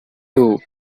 too